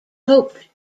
hoped